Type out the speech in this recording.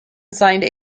signed